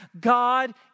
God